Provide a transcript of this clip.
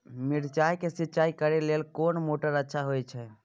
मिर्चाय के सिंचाई करे लेल कोन मोटर अच्छा होय छै?